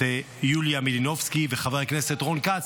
את יוליה מלינובסקי וחבר הכנסת רון כץ,